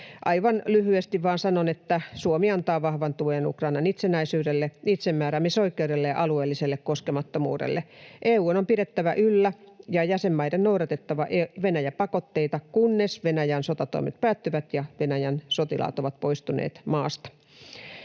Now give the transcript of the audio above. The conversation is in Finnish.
Aivan lyhyesti vain sanon, että Suomi antaa vahvan tuen Ukrainan itsenäisyydelle, itsemääräämisoikeudelle ja alueelliselle koskemattomuudelle. EU:n on pidettävä yllä ja jäsenmaiden noudatettava Venäjä-pakotteita, kunnes Venäjän sotatoimet päättyvät ja Venäjän sotilaat ovat poistuneet maasta.